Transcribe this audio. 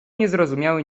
niezrozumiały